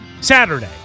Saturday